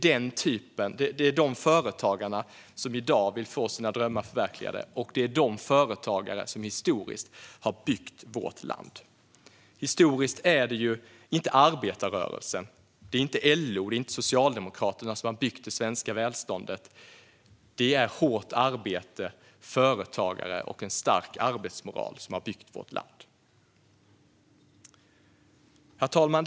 Det är dessa företagare som i dag vill få sina drömmar förverkligade, och det är dessa företagare som historiskt har byggt vårt land. Historiskt är det inte arbetarrörelsen, inte LO och inte Socialdemokraterna som har byggt det svenska välståndet, utan det är hårt arbete, företagare och en stark arbetsmoral som har byggt vårt land. Herr talman!